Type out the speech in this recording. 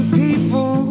people